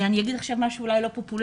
אני אומר משהו שהוא אולי לא פופולרי,